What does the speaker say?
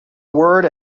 word